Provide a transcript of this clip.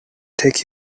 take